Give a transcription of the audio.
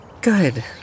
Good